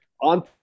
on